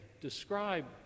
describe